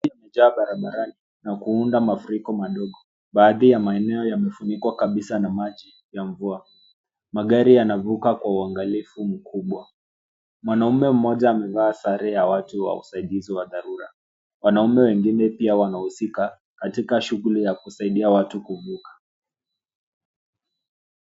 Maji imejaa barabarani na kuunda mafuriko madogo. Baadhi ya maeneo yamefunikwa kabisa na maji, ya mvua. Magari yanavuka kwa uangalifu mkubwa. Mwanamume mmoja amevaa sare ya watu wa usaidizi wa dharura. Wanaume wengine pia wanahusika, katika shughuli ya kusaidia watu kuvuka.